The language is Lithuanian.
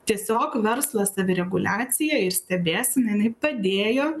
tiesiog verslo savireguliacija ir stebėsena jinai padėjo